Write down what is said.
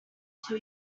two